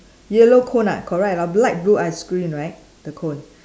yellow cone ah correct lah black blue ice cream right the cone